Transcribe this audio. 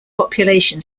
population